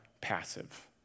passive